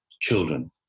children